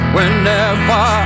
Whenever